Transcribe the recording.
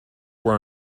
were